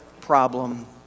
problem